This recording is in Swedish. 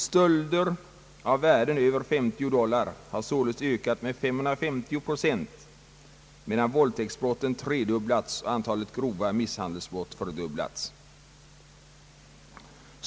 Stölder för värden över 50 dollar har således ökat med 550 procent, medan våldtäktsbrot ten tredubblats och antalet grova misshandelsbrott fördubblats.